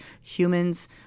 humans